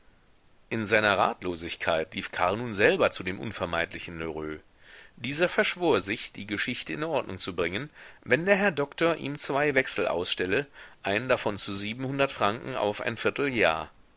in seiner ratlosigkeit lief karl nun selber zu dem unvermeidlichen lheureux dieser verschwor sich die geschichte in ordnung zu bringen wenn der herr doktor ihm zwei wechsel ausstelle einen davon zu siebenhundert franken auf ein vierteljahr